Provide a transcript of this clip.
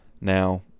Now